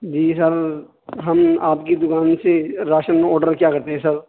جی sir ہم آپ کی دکان سے راشن آڈر کیا کرتے ہیں سر